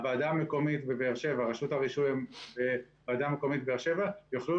הוועדה המקומית בבאר שבע רשות הרישוי וועדה מקומית באר שבע יוכלו